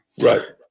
Right